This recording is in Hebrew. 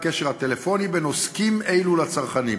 הקשר הטלפוני בין עוסקים אלו לצרכנים.